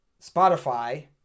Spotify